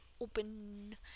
Open